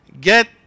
get